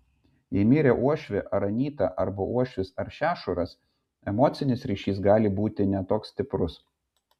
jei mirė uošvė ar anyta arba uošvis ar šešuras emocinis ryšys gali būti ne toks stiprus